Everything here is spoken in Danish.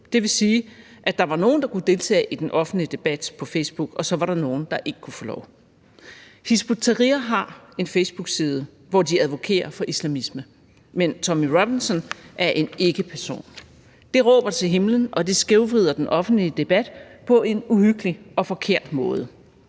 Det vil sige, at der var nogle, der kunne deltage i den offentlige debat på Facebook, og at der så var nogle, der ikke kunne få lov. Hizb ut-Tahrir har en facebookside, hvor de advokerer for islamisme, men Tommy Robinson er en ikkeperson. Det råber til himlen, og det skævvrider den offentlige debat på en uhyggelig og forkert måde.